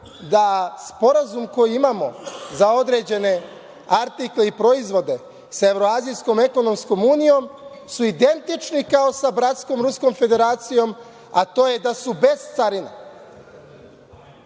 da sporazum koji imao za određene artikle i proizvode sa Evroazijskom ekonomskom unijom su identične kao sa bratskom Ruskom Federacijom, a to je da su bez carine. Tu